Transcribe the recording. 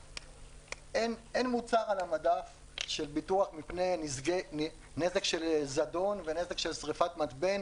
אין מוצר על המדף של ביטוח מפני נזק של זדון ונזק של שריפת מתבן.